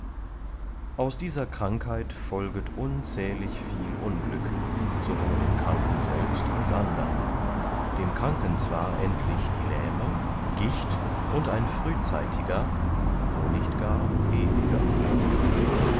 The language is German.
aus dieser krankheit folget unzählig viel unglück sowohl dem kranken selbst als andern dem kranken zwar endlich die lähme gicht und ein frühzeitiger wo nicht gar ewiger tod